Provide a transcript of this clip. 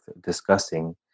discussing